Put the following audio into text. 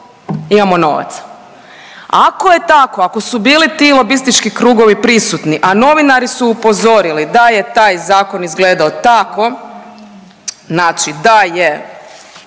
imamo novaca. Ako je tako, ako su bili ti lobistički krugovi prisutni, a novinari su upozorili da je taj zakon izgledao tako, znači da je